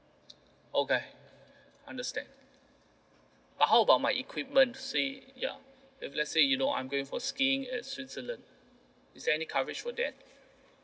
okay understand but how about my equipment say ya if let's say you know I'm going for skiing at switzerland is there any coverage for that